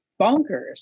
bonkers